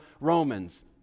Romans